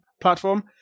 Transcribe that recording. platform